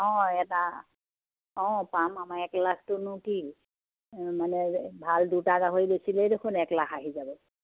অঁ এটা অঁ পাম আমাৰ এক লাখটোনো কি মানে ভাল দুটা গাহৰি বেছিলে দেখোন এক লাখ আহি যাব